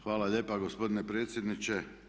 Hvala lijepa gospodine predsjedniče.